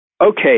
Okay